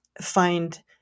find